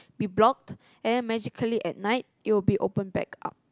be blocked and then magically at night it would be opened back up